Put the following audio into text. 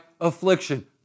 affliction